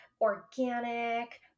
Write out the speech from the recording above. organic